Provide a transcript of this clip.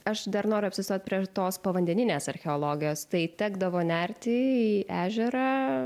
aš dar noriu apsistot prie tos povandeninės archeologijos tai tekdavo nerti į ežerą